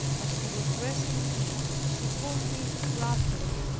as she was dressing me, she pulled me roughly,